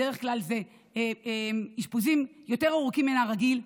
בדרך כלל זה אשפוזים ארוכים יותר מהרגיל.